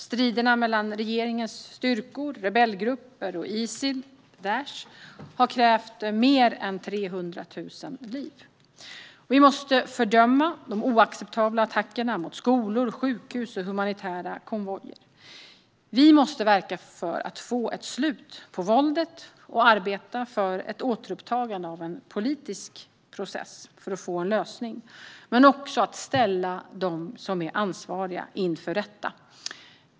Striderna mellan regeringens styrkor, rebellgrupper och Isil/Daish har krävt mer än 300 000 liv. Vi måste fördöma de oacceptabla attackerna mot skolor, sjukhus och humanitära konvojer. Vi måste verka för att få ett slut på våldet och arbeta för ett återupptagande av en politisk process för att få en lösning. Men det gäller också att ställa dem som är ansvariga inför rätta.